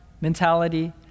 mentality